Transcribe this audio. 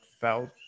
felt